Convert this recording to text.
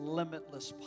limitless